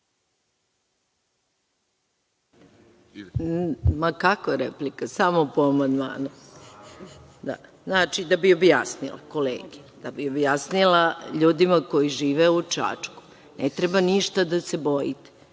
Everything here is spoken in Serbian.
Ma kakva replika, samo po amandmanu. Znači, da bi objasnila, kolegi, da bi objasnila ljudima koji žive u Čačku. Ne treba ništa da se bojite,